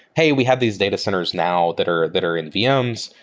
hey, we have these data centers now that are that are in vm's.